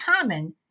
common